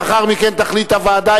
לאחר מכן תחליט הוועדה,